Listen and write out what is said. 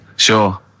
Sure